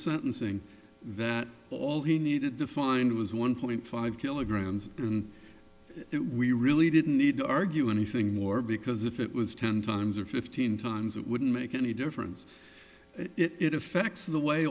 sentencing that all he needed to find was one point five kilograms and we really didn't need to argue anything more because if it was ten times or fifteen times it wouldn't make any difference it affects the way